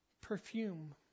perfume